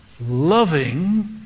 loving